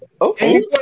Okay